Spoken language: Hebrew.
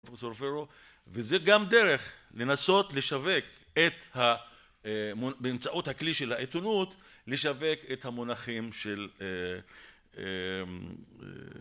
וזה גם דרך לנסות לשווק את ה... אה.. באמצעות הכלי של העיתונות, לשווק את המונחים של, אה, אמממ